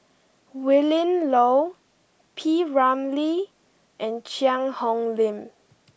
Willin Low P Ramlee and Cheang Hong Lim